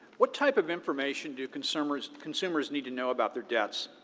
what type of information do consumers consumers need to know about their debts,